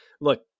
look